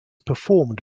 performed